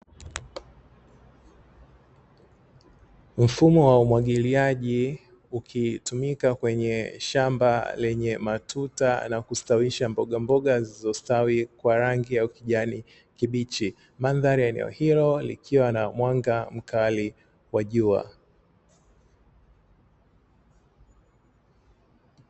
Mfumo wa umwagiliaji ukitumika kwenye shamba lenye matuta, na kustawisha mbogamboga zilizostawi kwa rangi ya ukijani kibichi, mandhari ya eneo hilo likiwa na mwanga mkali wa jua.